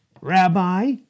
Rabbi